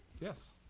Yes